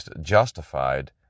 justified